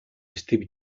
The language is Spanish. steve